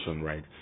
right